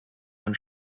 man